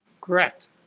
Correct